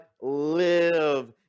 live